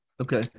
Okay